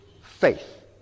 faith